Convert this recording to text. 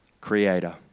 creator